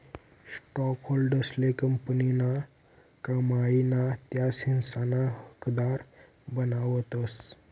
स्टॉकहोल्डर्सले कंपनीना कमाई ना त्या हिस्साना हकदार बनावतस